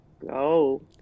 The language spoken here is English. go